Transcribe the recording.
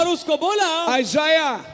Isaiah